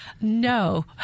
No